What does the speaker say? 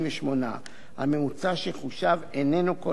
הממוצע שחושב איננו כולל את נצרת,